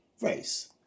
race